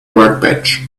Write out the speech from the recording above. workbench